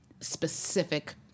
specific